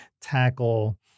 tackle